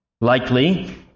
likely